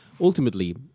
Ultimately